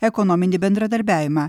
ekonominį bendradarbiavimą